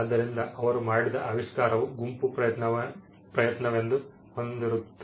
ಆದ್ದರಿಂದ ಅವರು ಮಾಡಿದ ಆವಿಷ್ಕಾರವು ಗುಂಪು ಪ್ರಯತ್ನವನ್ನು ಹೊಂದಿರುತ್ತದೆ